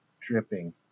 dripping